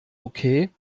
okay